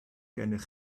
gennych